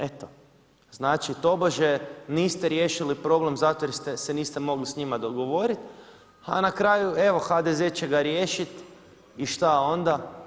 Eto, znači tobože niste riješili problem zato jer se niste mogli s njima dogovoriti, a na kraju HDZ će ga riješiti i šta onda?